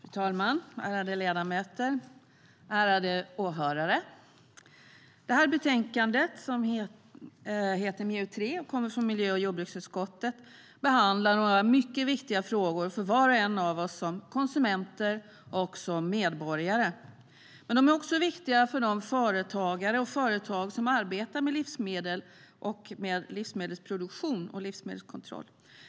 Fru talman, ärade ledamöter och åhörare! Betänkande MJU3 från miljö och jordbruksutskottet behandlar några mycket viktiga frågor för var och en av oss som konsumenter och medborgare. Men de är också viktiga för de företagare och företag som arbetar med livsmedel, livsmedelsproduktion och livsmedelskontroll.